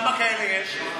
כמה כאלה יש?